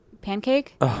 Pancake